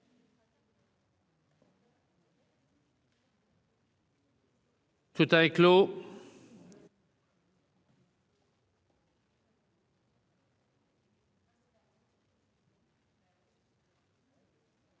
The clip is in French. Tout est clos.